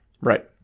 right